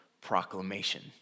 proclamation